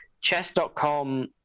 Chess.com